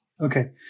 Okay